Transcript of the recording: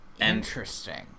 Interesting